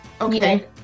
Okay